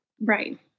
Right